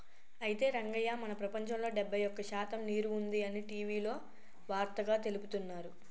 అయితే రంగయ్య మన ప్రపంచంలో డెబ్బై ఒక్క శాతం నీరు ఉంది అని టీవీలో వార్తగా తెలుపుతున్నారు